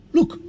Look